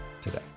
today